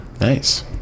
Nice